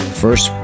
first